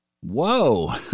Whoa